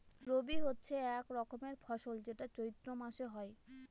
রবি হচ্ছে এক রকমের ফসল যেটা চৈত্র মাসে হয়